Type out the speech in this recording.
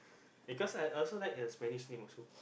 because I also like uh spanish name also